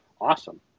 awesome